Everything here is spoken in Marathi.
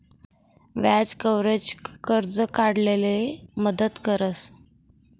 व्याज कव्हरेज, कर्ज काढाले मदत करस